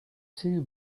too